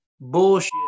bullshit